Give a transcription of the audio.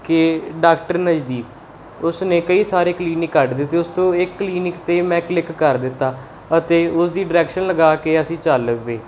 ਕਿ ਡਾਕਟਰ ਨਜ਼ਦੀਕ ਉਸ ਨੇ ਕਈ ਸਾਰੇ ਕਲੀਨਿਕ ਕੱਢ ਦਿੱਤੇ ਉਸ ਤੋਂ ਇੱਕ ਕਲੀਨਿਕ 'ਤੇ ਮੈਂ ਕਲਿੱਕ ਕਰ ਦਿੱਤਾ ਅਤੇ ਉਸਦੀ ਡਾਇਰੈਕਸ਼ਨ ਲਗਾ ਕੇ ਅਸੀਂ ਚੱਲ ਪਏ